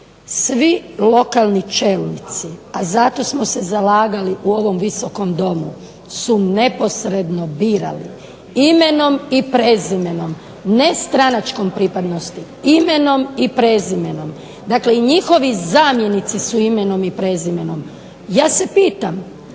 svi lokalni čelnici a zato smo se zalagali u ovom Visokom domu su neposredno birani imenom i prezimenom, nestranačkom pripadnosti, imenom i prezimenom, i njihovi zamjenici su imenom i prezimenom. ja se pitam